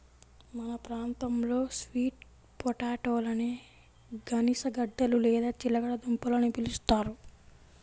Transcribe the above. మన ప్రాంతంలో స్వీట్ పొటాటోలని గనిసగడ్డలు లేదా చిలకడ దుంపలు అని పిలుస్తారు